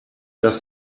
dass